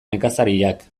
nekazariak